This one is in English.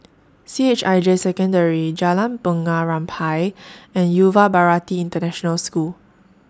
C H I J Secondary Jalan Bunga Rampai and Yuva Bharati International School